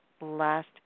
last